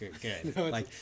good